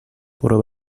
برو